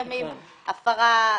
בדואר